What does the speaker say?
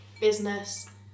business